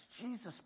Jesus